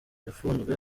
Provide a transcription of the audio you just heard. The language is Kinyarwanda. yafunzwe